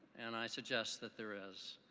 and i suggest that there is.